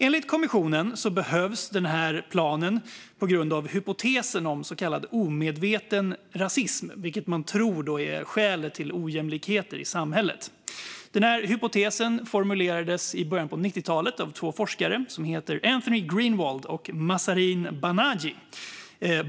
Enligt kommissionen behövs den här planen på grund av hypotesen om så kallad omedveten rasism, vilket man tror är skälet till ojämlikheter i samhället. Hypotesen formulerades i början på 90-talet av två forskare som heter Anthony Greenwald och Mahzarin Banaji.